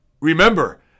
remember